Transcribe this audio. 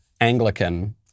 Anglican